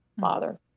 Father